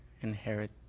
inherit